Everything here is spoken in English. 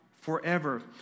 forever